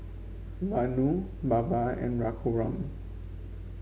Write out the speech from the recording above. Vanu Baba and Raghuram